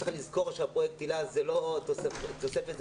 צריך לזכור שפרויקט היל"ה הוא לא תוספת אלא